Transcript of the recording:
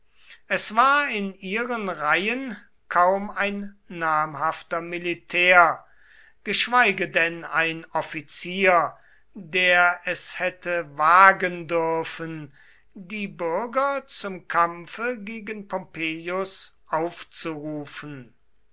es war in ihren reihen kaum ein namhafter militär geschweige denn ein offizier der es hätte wagen dürfen die bürger zum kampfe gegen pompeius aufzurufen